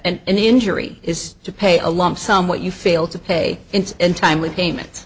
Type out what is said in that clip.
the injury is to pay a lump sum what you fail to pay in time with payment